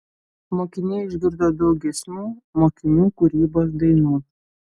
mokiniai išgirdo daug giesmių mokinių kūrybos dainų